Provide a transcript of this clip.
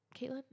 Caitlin